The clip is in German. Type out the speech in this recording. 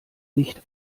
nicht